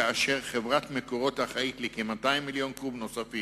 כאשר חברת "מקורות" אחראית לכ-200 מיליון קוב נוספים.